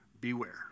beware